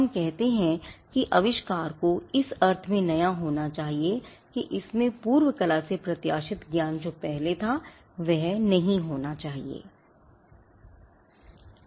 हम कहते हैं कि आविष्कार को इस अर्थ में नया होना चाहिए कि इसमें पूर्व कला से प्रत्याशित ज्ञान जो पहले से था वह नहीं होना चाहिए था